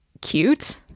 cute